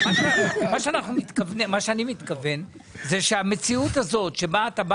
אני מתכוון שהמציאות הזאת שבה אתה אומר